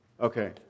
Okay